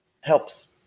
helps